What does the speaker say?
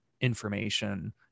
information